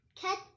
Cat